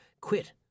quit